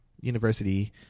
University